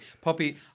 Poppy